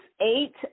eight